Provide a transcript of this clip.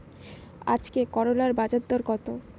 আজকে করলার বাজারদর কত?